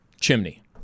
chimney